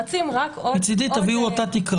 לא.